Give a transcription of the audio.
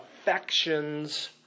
affections